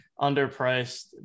underpriced